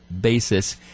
basis